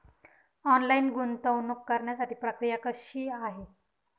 Online गुंतवणूक करण्यासाठी प्रक्रिया कशी आहे?